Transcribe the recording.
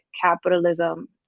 capitalism